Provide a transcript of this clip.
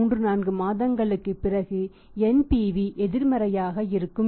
34 மாதங்களுக்குப் பிறகு NPV எதிர்மறையாக இருக்கும் என்று